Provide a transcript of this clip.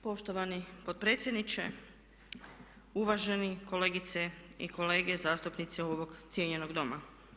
Poštovani potpredsjedniče, uvažene kolegice i kolege, zastupnici ovog cijenjenog Doma.